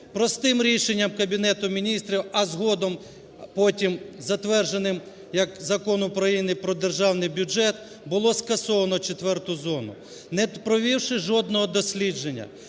Простим рішенням Кабінету Міністрів, а згодом потім затвердженим як Закон України про державний бюджет, було скасовано четверту зону. Не провівши жодного дослідження,